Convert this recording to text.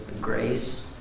grace